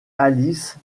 alice